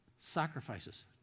sacrifices